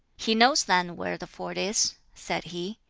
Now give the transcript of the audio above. he knows then where the ford is, said he.